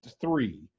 three